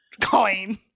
Coin